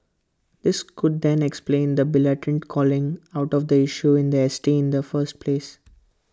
this could then explain the blatant calling out of the issue in S T in the first place